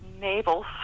Naval